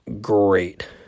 great